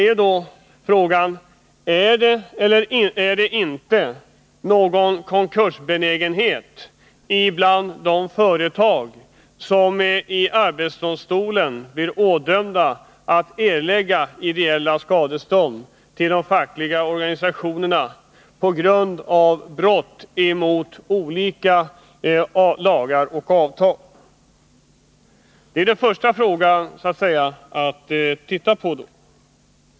Det ena är: Är det eller är det inte någon konkursbenägenhet bland de företag som av arbetsdomstolen ådöms att erlägga ideella skadestånd till fackliga organisationer på grund av brott mot olika lagar eller avtal? Det är den första frågan att se på.